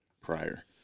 prior